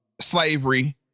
slavery